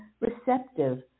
receptive